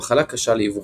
המחלה קשה לאבחון.